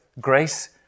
grace